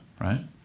right